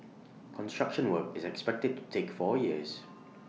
construction work is expected to take four years